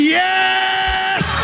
yes